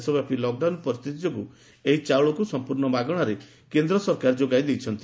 ଦେଶବ୍ୟାପୀ lockdown ପରିସ୍ରିତି ଯୋଗୁଁ ଏହି ଚାଉଳ ସମ୍ମର୍ଶ୍ୱ ମାଗଶାରେ କେନ୍ଦ୍ର ସରକାର ଯୋଗାଇ ଦେଇଛନ୍ତି